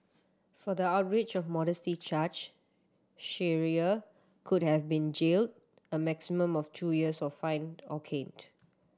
for the outrage of modesty charge Shearer could have been jailed a maximum of two years of fined or caned